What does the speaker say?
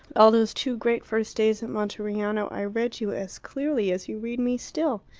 all those two great first days at monteriano i read you as clearly as you read me still.